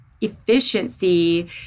efficiency